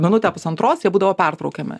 minutę pusantros jie būdavo pertraukiami